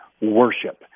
worship